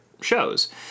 shows